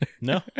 No